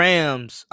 Rams